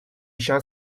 shall